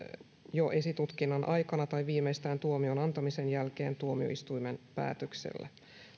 jo esitutkinnan aikana tai viimeistään tuomion antamisen jälkeen tuomioistuimen päätöksellä